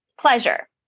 pleasure